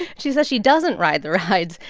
she says she doesn't ride the rides,